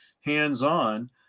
hands-on